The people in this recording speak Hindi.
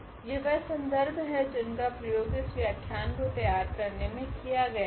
यह वह संदर्भ है जिनका प्रयोग इस व्याख्यान को तैयार करने मे किया गया है